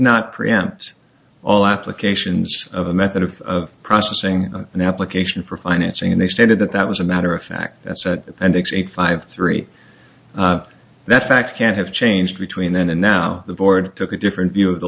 not preempt all applications of the method of processing an application for financing and they stated that that was a matter of fact and it's a five three that facts can have changed between then and now the board took a different view of the